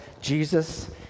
Jesus